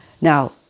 Now